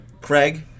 Craig